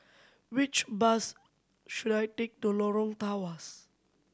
which bus should I take to Lorong Tawas